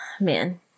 man